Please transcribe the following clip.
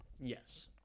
Yes